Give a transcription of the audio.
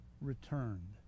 returned